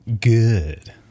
good